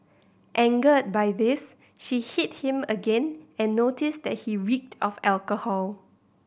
angered by this she hit him again and noticed that he reeked of alcohol